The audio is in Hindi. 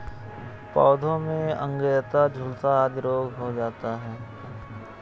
पौधों में अंगैयता, झुलसा आदि रोग हो जाता है